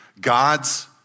God's